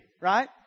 right